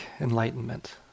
enlightenment